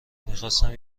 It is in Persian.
میخواستم